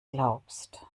glaubst